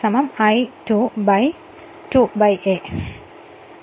അതിനാൽ 2 I 2 2 a ആയിരിക്കും